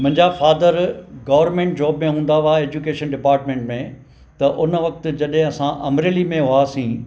मुंहिंजा father government job में हूंदा हुआ एज्युकेशन डिपार्टमेंट में त उन वक़्तु जॾहिं असां अमरेली में हुआसीं